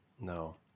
No